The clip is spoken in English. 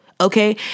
Okay